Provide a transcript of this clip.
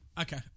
Okay